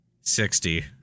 Sixty